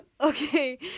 okay